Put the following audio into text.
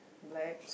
black